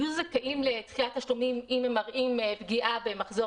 יהיו זכאים לדחיית תשלומים אם הם מראים פגיעה במחזור